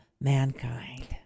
Mankind